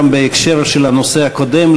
גם בהקשר של הנושא הקודם,